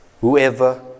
whoever